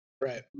Right